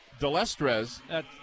Delestrez